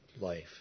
life